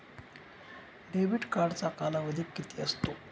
Debit कार्डचा कालावधी किती असतो?